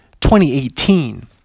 2018